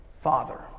father